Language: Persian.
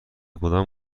کدام